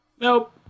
Nope